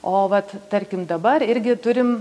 o vat tarkim dabar irgi turim